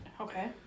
Okay